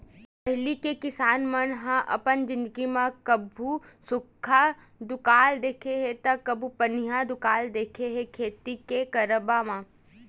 पहिली के किसान मन ह अपन जिनगी म कभू सुक्खा दुकाल देखे हे ता कभू पनिहा दुकाल देखे हे खेती के करब म